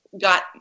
got